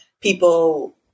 people